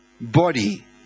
body